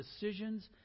decisions